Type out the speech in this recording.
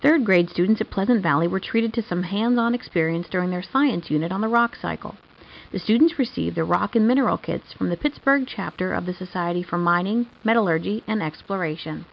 third grade students of pleasant valley were treated to some hands on experience during their science unit on the rock cycle the students receive their rock and mineral kids from the pittsburgh chapter of the society for mining metallurgy and exploration